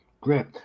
Great